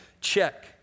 check